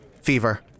fever